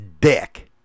dick